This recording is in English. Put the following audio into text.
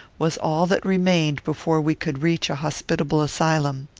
was all that remained before we could reach a hospitable asylum.